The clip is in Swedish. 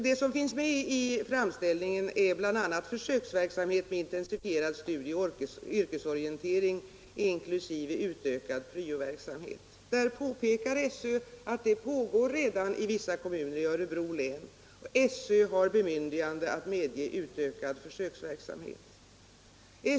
Det som finns med i framställningen är bl.a. försöksverksamhet med intensifierad studie i yrkesorientering inkl. utökad pryoverksamhet. SÖ påpekar att sådan försöksverksamhet redan pågår i vissa kommuner i Örebro län och att SÖ har bemyndigande att medge utökad försöksverksamhet.